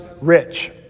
rich